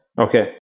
Okay